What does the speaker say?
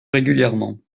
régulièrement